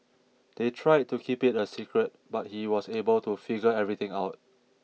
they tried to keep it a secret but he was able to figure everything out